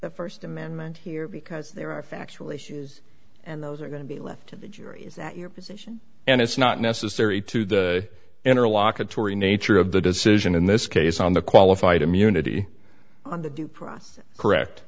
the first amendment here because there are factual issues and those are going to be left to the jury is that your position and it's not necessary to the interlock atory nature of the decision in this case on the qualified immunity